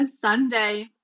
Sunday